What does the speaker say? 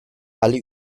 alle